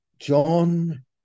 john